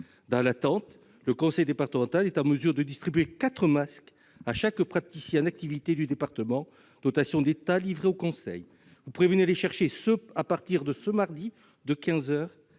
Dans l'attente, le conseil départemental est en mesure de distribuer quatre masques à chaque praticien en activité du département, dotation d'État livrée au Conseil. Vous pourrez venir les chercher à partir de ce mardi, de